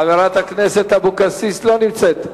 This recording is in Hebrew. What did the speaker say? חברת הכנסת אבקסיס לא נמצאת.